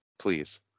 Please